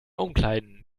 umkleiden